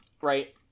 right